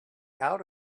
out